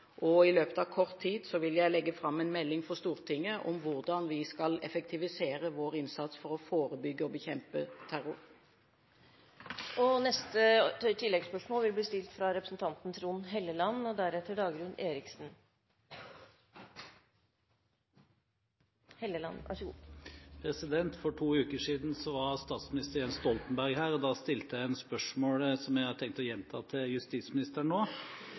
I løpet av kort tid vil jeg legge fram en melding for Stortinget om hvordan vi skal effektivisere vår innsats for å forebygge og bekjempe terror. Trond Helleland – til oppfølgingsspørsmål. For to uker siden var statsminister Jens Stoltenberg her, og da stilte jeg et spørsmål som jeg har tenkt å gjenta til justisministeren nå.